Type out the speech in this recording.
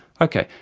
ok,